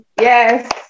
Yes